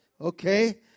Okay